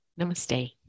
Namaste